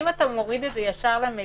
אם אתה מוריד את זה ישר למליאה,